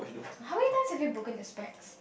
how many times have you broken your specs